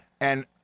and-